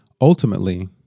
Ultimately